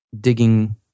digging